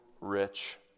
rich